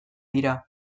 dira